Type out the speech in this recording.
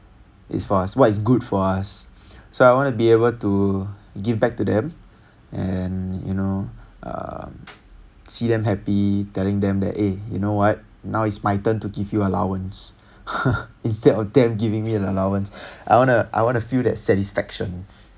is for us what is good for us so I want to be able to give back to them and you know um see them happy telling them that eh you know what now it's my turn to give you allowance instead of them giving me an allowance I wanna I wanna feel that satisfaction